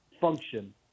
function